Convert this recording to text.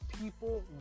people